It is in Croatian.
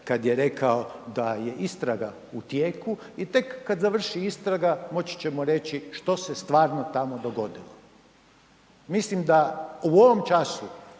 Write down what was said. kad je rekao da je istraga u tijeku i tek kad završi istraga moći ćemo reći što se stvarno tamo dogodilo. Mislim da u ovom času